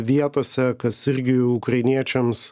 vietose kas irgi ukrainiečiams